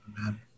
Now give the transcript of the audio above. Amen